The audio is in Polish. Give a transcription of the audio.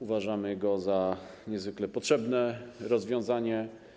Uważamy go za niezwykle potrzebne rozwiązanie.